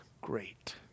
great